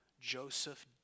Joseph